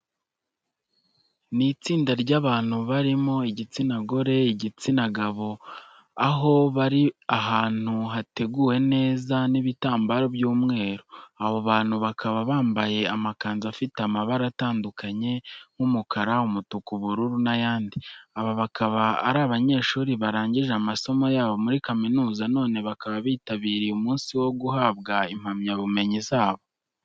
Ni itsinda ry'abantu barimo igitsina gore n'igitsina gabo, aho bari ahantu hateguwe neza n'ibitambaro by'umweru. Abo bantu bakaba bambaye amakanzu afite amabara atandukanye nk'umukara, umutuku, ubururu n'ayandi. Aba bakaba ari abanyeshuri barangije amasomo yabo muri kaminuza none bakaba bitabiriye umunsi wo guhabwa impamyabumenyi zabo.